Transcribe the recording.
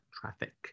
traffic